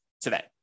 today